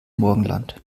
morgenland